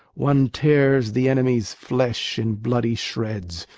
one tears the enemies' flesh in bloody shreds!